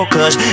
Cause